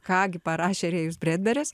ką gi parašė rėjus bredberis